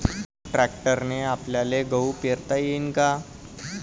ट्रॅक्टरने आपल्याले गहू पेरता येईन का?